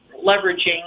leveraging